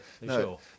No